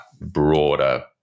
broader